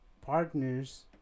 partners